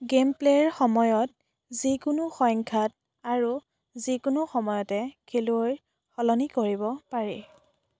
game প্লে'ৰ সময়ত যিকোনো সংখ্যাত আৰু যিকোনো সময়তে খেলুৱৈৰ সলনি কৰিব পাৰি